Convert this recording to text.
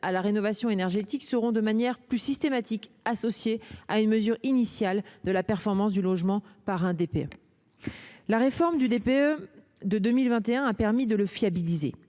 à la rénovation énergétique seront de manière plus systématique associées à une mesure initiale de la performance du logement par un DPE. La réforme du DPE de 2021 a permis de le fiabiliser.